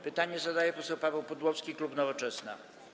Pytanie zadaje poseł Paweł Pudłowski, klub Nowoczesna.